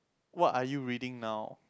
what are you reading now